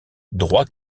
droit